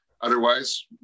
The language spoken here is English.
Otherwise